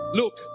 look